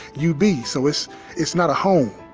you be. so it's it's not a home.